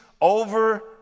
over